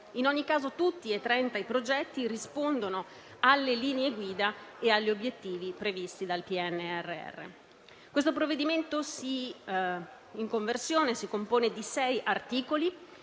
In ogni caso, tutti e 30 i progetti rispondono alle linee guida e agli obiettivi previsti dal PNRR. Il provvedimento in conversione si compone di sei articoli,